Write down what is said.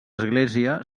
església